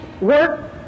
work